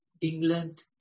England